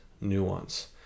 nuance